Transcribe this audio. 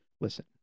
listen